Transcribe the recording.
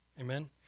Amen